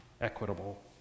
equitable